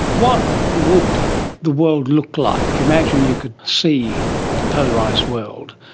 what would the world look like, imagine you could see the polarised world,